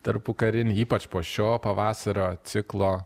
tarpukarinį ypač po šio pavasario ciklo